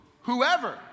Whoever